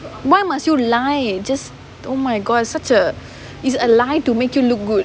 why must you lie just oh my god such a it's a lie to make you look good